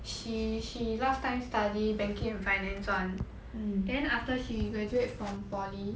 she she last time study banking and finance [one] then after she graduate from poly